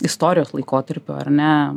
istorijos laikotarpiu ar ne